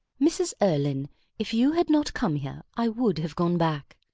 mrs. erlynne if you had not come here, i would have gone back.